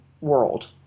world